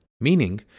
meaning